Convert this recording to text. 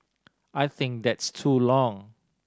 I think that's too long